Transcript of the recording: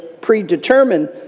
predetermined